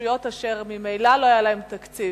רשויות אשר ממילא לא היה להן תקציב.